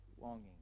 longing